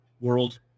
world